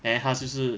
then 他就是